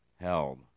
held